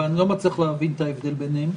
אבל אני לא מצליח להבין את ההבדל ביניהם.